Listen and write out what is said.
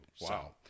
Wow